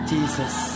Jesus